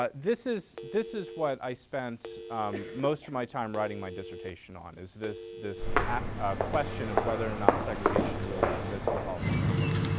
ah this is, this is what i spent most of my time writing my dissertation on is this, this question of whether or not segregation really exist in policy networks.